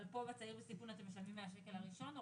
אבל פה בצעיר בסיכון אתם משלמים מהשקל הראשון?